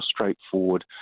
straightforward